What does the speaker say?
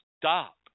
stop